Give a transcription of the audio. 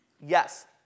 Yes